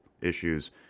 issues